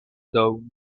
down